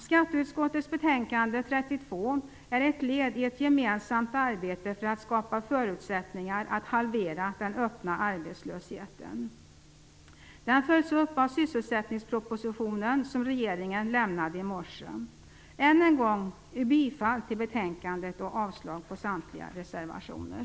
Skatteutskottets betänkande 32 är ett led i ett gemensamt arbete för att skapa förutsättningar för att halvera den öppna arbetslösheten. Den följs upp av den sysselsättningsproposition som regeringen lämnade i morse. Jag yrkar än en gång bifall till hemställan i betänkandet och avslag på samtliga reservationer.